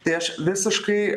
tai aš visiškai